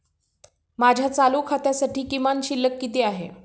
माझ्या चालू खात्यासाठी किमान शिल्लक किती आहे?